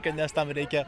kad nes tam reikia